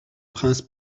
prince